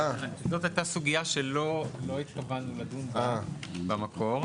זאת הייתה סוגייה שלא התכוונו לדון בה במקור.